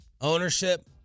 Ownership